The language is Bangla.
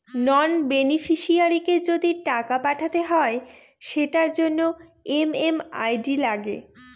নন বেনিফিশিয়ারিকে যদি টাকা পাঠাতে হয় সেটার জন্য এম.এম.আই.ডি লাগে